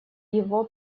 его